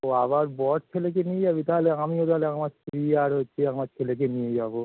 ও আবার বর ছেলেকে নিয়ে যাবি তাহলে আমিও তাহলে আমার স্ত্রী আর হচ্ছে আমার ছেলেকে নিয়ে যাবো